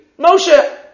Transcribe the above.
Moshe